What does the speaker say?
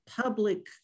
public